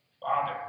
Father